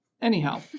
Anyhow